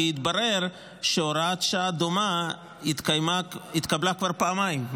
כי התברר שהוראת שעה דומה התקבל כבר פעמיים,